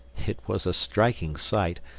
it was a striking sight,